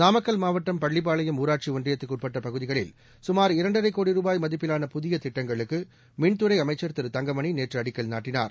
நாமக்கல் மாவட்டம் பள்ளிப்பாளையம் ஊராட்சி ஒன்றியத்திற்கு உட்பட்ட பகுதிகளில் குமார் இரண்டரை கோடி ரூபாய் மதிப்பிலான புதிய திட்டங்களுக்கு மின்துறை அமைச்ச் திரு தங்கமணி நேற்று அடிக்கல் நாட்டினார்